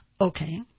Okay